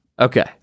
Okay